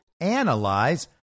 analyze